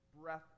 breath